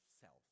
self